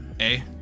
A-